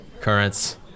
Currents